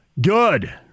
Good